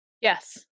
Yes